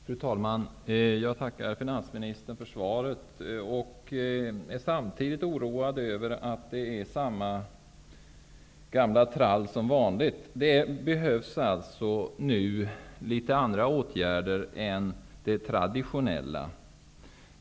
Fru talman! Jag tackar finansministern för svaret. Men samtidigt vill jag säga att jag är oroad över att det är den gamla vanliga trallen. Det behövs nu andra åtgärder än de traditionella.